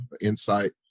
insight